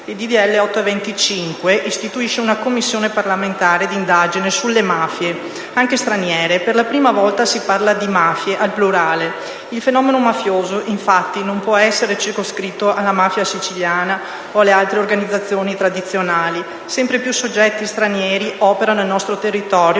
n. 825 istituisce una Commissione parlamentare di inchiesta sulle mafie, anche straniere. Per la prima volta si parla di «mafie», al plurale. Il fenomeno mafioso infatti non può essere circoscritto alla mafia siciliana o alle altre organizzazioni «tradizionali». Sempre più soggetti stranieri operano nel nostro territorio